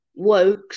Wokes